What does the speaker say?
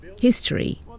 history